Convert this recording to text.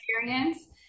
experience